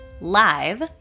Live